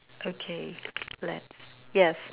okay let's yes